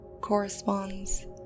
corresponds